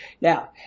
Now